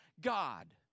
God